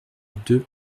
deux